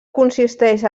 consisteix